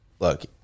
Look